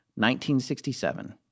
1967